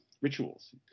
rituals